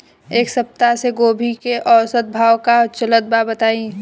एक सप्ताह से गोभी के औसत भाव का चलत बा बताई?